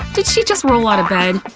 did she just roll all outta bed?